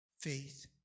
Faith